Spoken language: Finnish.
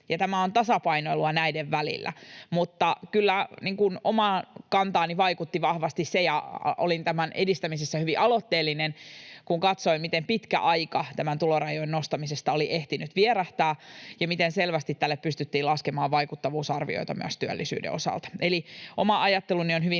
tämä on tasapainoilua näiden välillä. Mutta kyllä omaan kantaani vaikutti vahvasti se ja olin tämän edistämisessä hyvin aloitteellinen, kun katsoin, miten pitkä aika näiden tulorajojen nostamisesta oli ehtinyt vierähtää ja miten selvästi tälle pystyttiin laskemaan vaikuttavuusarvioita myös työllisyyden osalta. Eli oma ajatteluni on hyvin